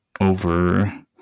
over